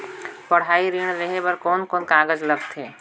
पढ़ाई ऋण लेहे बार कोन कोन कागज लगथे?